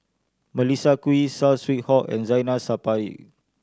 Melissa Kwee Saw Swee Hock and Zainal Sapari